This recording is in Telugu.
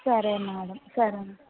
సరే మేడం సరే